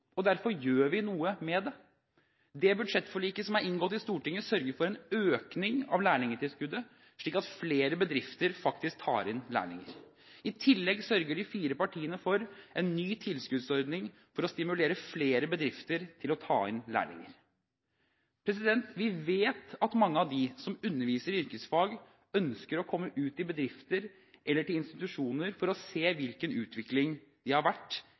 teoritung. Derfor gjør vi noe med det. Det budsjettforliket som er inngått i Stortinget, sørger for en økning av lærlingtilskuddet, slik at flere bedrifter faktisk tar inn lærlinger. I tillegg sørger de fire partiene for en ny tilskuddsordning for å stimulere flere bedrifter til å ta inn lærlinger. Vi vet at mange av dem som underviser i yrkesfag, ønsker å komme ut i bedrifter eller til institusjoner for å se hvilken utvikling det har vært